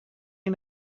chi